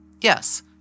Yes